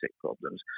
problems